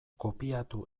kopiatu